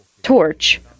torch